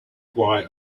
why